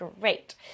great